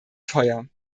teuer